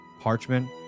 parchment